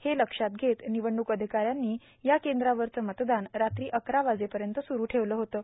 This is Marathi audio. हे लक्षात घेत ानवडणूक अधिकाऱ्यांनी या कद्रावरचं मतदान रात्री अकरा वाजेपयत सुरू ठेवलं होतं